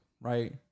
right